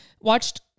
watched